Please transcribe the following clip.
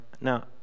now